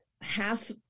half